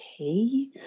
okay